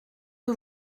que